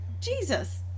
Jesus